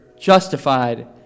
justified